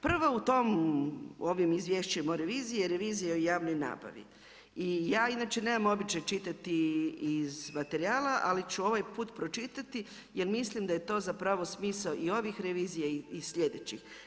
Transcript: Prva u ovim izvješćima o reviziji, revizija o javnoj nabavi i ja inače nemam običaj čitati iz materijala, ali ću ovaj put pročitati jer mislim da je to zapravo smisao i ovih revizija i sljedećih.